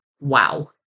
Wow